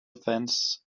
fence